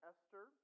Esther